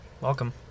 Welcome